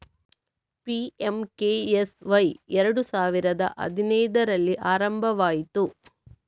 PMKSY ಎರಡು ಸಾವಿರದ ಹದಿನೈದರಲ್ಲಿ ಆರಂಭವಾಯಿತು